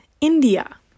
India